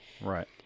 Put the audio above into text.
right